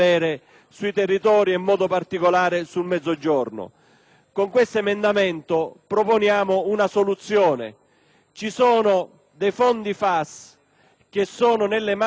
Ci sono dei fondi FAS che sono nelle mani delle amministrazioni centrali, sottolineo centrali, che non sono stati utilizzati.